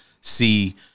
see –